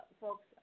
folks